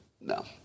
no